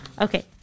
Okay